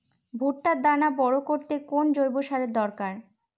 ভুট্টার দানা বড় করতে কোন জৈব সারের দরকার?